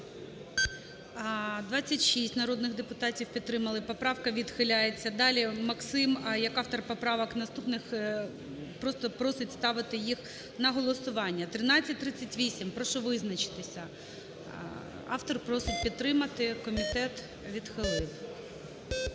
26 народних депутатів підтримали. Поправка відхиляється. Далі Максим як автор поправок наступних просто просить ставити їх на голосування. 1338, прошу визначитися. Автор просить підтримати, комітет відхилив.